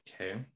okay